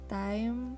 time